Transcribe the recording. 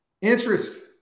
Interest